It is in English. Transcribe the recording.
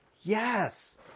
Yes